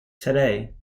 today